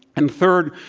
and third,